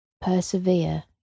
Persevere